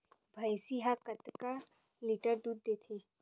भंइसी हा कतका लीटर दूध देथे?